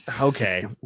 okay